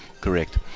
Correct